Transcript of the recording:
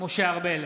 משה ארבל,